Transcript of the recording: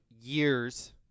years